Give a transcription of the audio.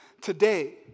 today